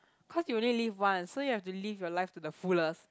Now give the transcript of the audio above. cause you only live once so you have to live your life to the fullest